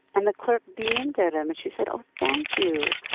and the clerk beamed at him and she said, oh, thank you.